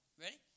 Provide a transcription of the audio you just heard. Ready